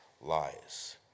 lies